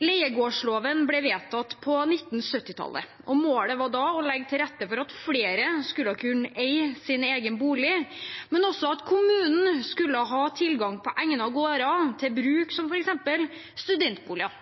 Leiegårdsloven ble vedtatt på 1970-tallet, og målet var da å legge til rette for at flere skulle kunne eie sin egen bolig, men også at kommunen skulle ha tilgang på egnede gårder til bruk som f.eks. studentboliger.